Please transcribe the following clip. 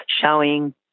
showing